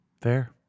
Fair